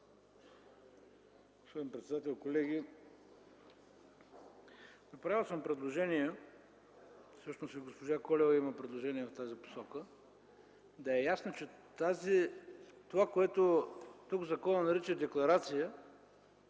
Господин председател, колеги! Направил съм предложения, всъщност и госпожа Колева има предложения в тази посока, с които да е ясно, че това, което тук законът нарича „декларация”,